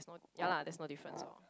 no ya lah there's no difference lor